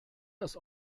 das